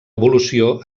evolució